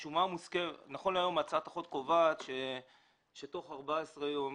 נכון להיום קובעת הצעת החוק שתוך 14 יום,